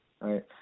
right